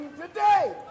today